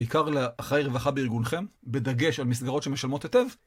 עיקר לאחראי רווחה בארגונכם, בדגש על מסגרות שמשלמות היטב.